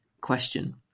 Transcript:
question